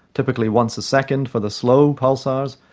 typically once a second for the slow pulsars,